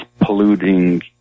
polluting